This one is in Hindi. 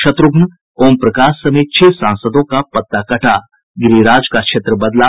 शत्रुघ्न ओमप्रकाश समेत छह सांसदों का पत्ता कटा गिरिराज का क्षेत्र बदला